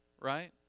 right